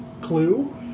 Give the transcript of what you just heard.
clue